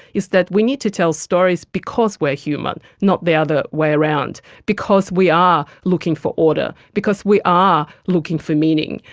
is that we need to tell stories because we are human, not the other way around, because we are looking for order, because we are looking for meaning,